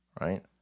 right